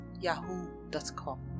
yahoo.com